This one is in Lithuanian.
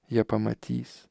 jie pamatys